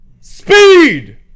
speed